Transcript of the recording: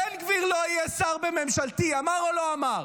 בן גביר לא יהיה שר בממשלתי, אמר או לא אמר?